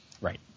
Right